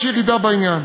יש ירידה בעניין.